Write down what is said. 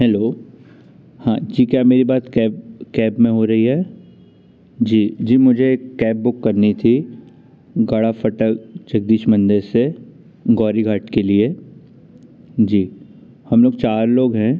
hello हाँ जी क्या मेरी बात कैब कैब में हो रही है जी जी मुझे एक कैब बुक करनी थी गड़ा फटक जगदीश मंदिर से गौरी घाट के लिए जी हम लोग चार लोग हैं